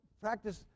practice